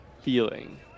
feeling